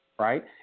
Right